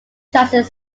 transit